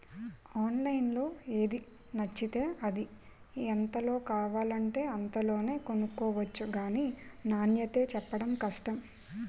ఆన్లైన్లో ఏది నచ్చితే అది, ఎంతలో కావాలంటే అంతలోనే కొనుక్కొవచ్చు గానీ నాణ్యతే చెప్పడం కష్టం